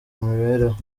imibereho